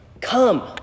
Come